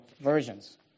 versions